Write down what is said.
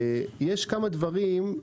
יש כמה דברים,